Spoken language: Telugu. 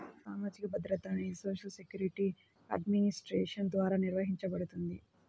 సామాజిక భద్రత అనేది సోషల్ సెక్యూరిటీ అడ్మినిస్ట్రేషన్ ద్వారా నిర్వహించబడుతుంది